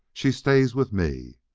she stays with me!